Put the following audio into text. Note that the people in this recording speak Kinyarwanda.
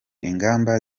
ingamba